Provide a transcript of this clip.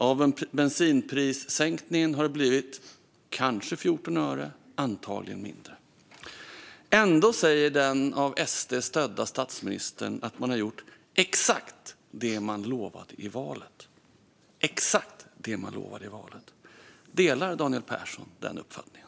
Av bensinprissänkningen har det blivit kanske 14 öre, antagligen mindre. Ändå säger den av SD stödda statsministern att man har gjort exakt det man lovade i valet. Delar Daniel Persson den uppfattningen?